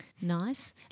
Nice